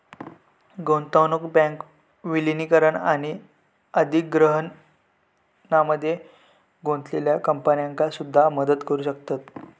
गुंतवणूक बँक विलीनीकरण आणि अधिग्रहणामध्ये गुंतलेल्या कंपन्यांका सुद्धा मदत करू शकतत